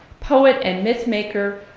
poet and mythmaker,